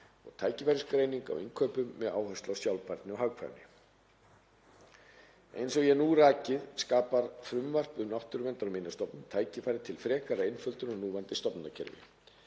og tækifærisgreining á innkaupum með áherslu á sjálfbærni og hagkvæmni. Eins og ég hef nú rakið skapar frumvarp um Náttúruverndar- og minjastofnun tækifæri til frekari einföldunar á núverandi stofnanakerfi,